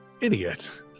idiot